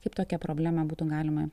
kaip tokią problemą būtų galima